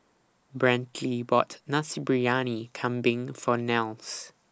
Brantley bought Nasi Briyani Kambing For Nels